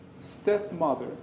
stepmother